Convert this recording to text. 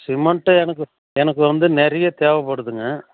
cement எனக்கு எனக்கு வந்து நிறைய தேவைப்படுதுங்க